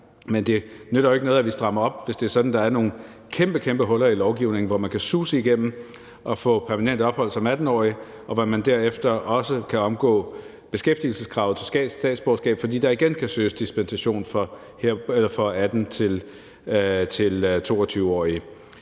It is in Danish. men det nytter jo ikke noget, at vi strammer op, hvis det er sådan, at der er nogle kæmpe, kæmpe huller i lovgivningen, hvor man kan suse igennem og få permanent opholdstilladelse som 18-årig, og hvor man derefter også kan omgå beskæftigelseskravet til statsborgerskab, fordi der igen kan søges dispensation for 18-22-årige.